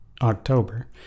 October